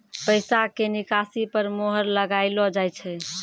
पैसा के निकासी पर मोहर लगाइलो जाय छै